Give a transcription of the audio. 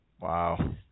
Wow